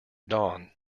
dawn